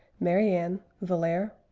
mariane, valere,